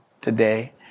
today